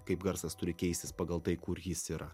kaip garsas turi keistis pagal tai kur jis yra